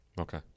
Okay